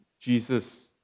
Jesus